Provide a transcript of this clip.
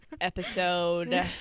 episode